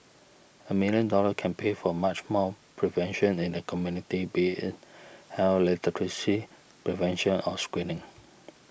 a million dollars can pay for much more prevention in the community be in health literacy prevention or screening